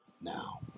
now